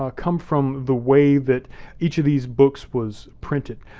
ah come from the way that each of these books was printed.